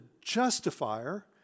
justifier